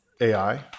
AI